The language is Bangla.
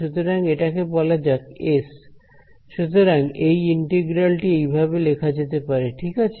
সুতরাং এটাকে বলা যাক এস সুতরাং এই ইন্টিগ্রাল টি এইভাবে লেখা যেতে পারে ঠিক আছে